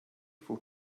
for